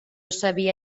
sabia